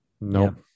Nope